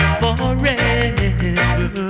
forever